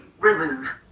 Remove